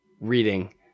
reading